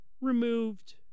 removed –